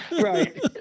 Right